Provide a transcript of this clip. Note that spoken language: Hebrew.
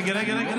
רגע, רגע.